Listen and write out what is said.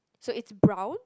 so it's brown